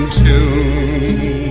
tune